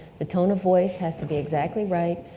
the tone of voice has to be exactly right,